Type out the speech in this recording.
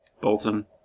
Bolton